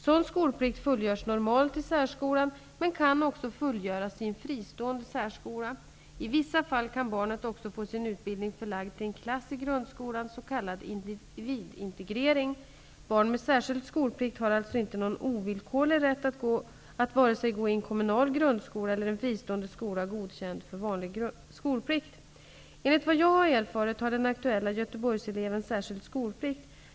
Sådan skolplikt fullgörs normalt i särskolan men kan också fullgöras i en fristående särskola. I vissa fall kan barnet också få sin utbildning förlagd till en klass i grundskolan, s.k. individintegrering. Barn med särskild skolplikt har alltså inte någon ovillkorlig rätt att vare sig gå i en kommunal grundskola eller en fristående skola godkänd för vanlig skolplikt. Enligt vad jag har erfarit har den aktuella Göteborgseleven särskild skolplikt.